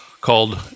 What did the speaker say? called